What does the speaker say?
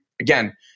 Again